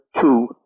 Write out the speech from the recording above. two